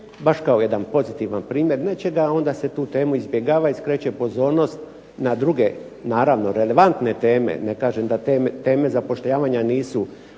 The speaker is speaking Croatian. baš kao jedan pozitivan primjer nečega onda se tu temu izbjegava i skreće pozornost na druge naravno relevantne teme. Ne kažem da teme zapošljavanja nisu